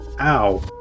Ow